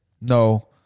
No